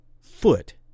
foot